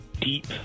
deep